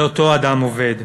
לאותו אדם עובד.